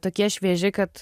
tokie švieži kad